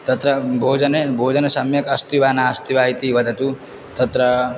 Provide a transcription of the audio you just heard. तत्र भोजने भोजनं सम्यक् अस्ति वा नास्ति वा इति वदतु तत्र